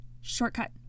shortcut